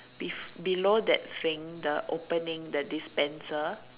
beef below that thing the opening the dispenser